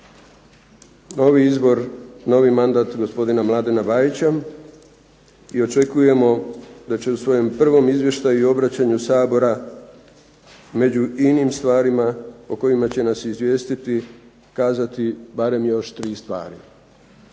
novi izbor, novi mandat gospodina Mladena Bajića i očekujemo da će u svojem prvom izvještaju i obraćanju Sabora među inim stvarima o kojima će nas izvijestiti kazati barem još 3 stvari.